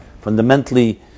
fundamentally